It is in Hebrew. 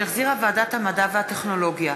שהחזירה ועדת המדע והטכנולוגיה.